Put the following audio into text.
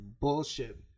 bullshit